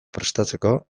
prestatzeko